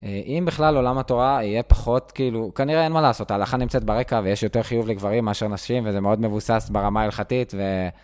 אם בכלל עולם התורה יהיה פחות כאילו, כנראה אין מה לעשות, ההלכה נמצאת ברקע ויש יותר חיוב לגברים מאשר נשים וזה מאוד מבוסס ברמה הלכתית.